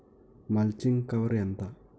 Mulching cover ఎంత?